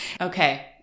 Okay